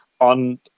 on